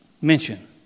mention